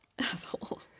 Asshole